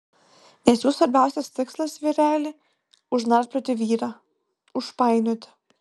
nes jų svarbiausias tikslas vyreli užnarplioti vyrą užpainioti